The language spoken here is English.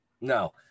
no